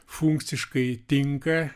funkciškai tinka